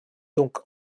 donc